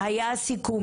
והיה סיכום,